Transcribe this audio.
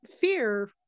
fear